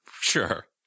Sure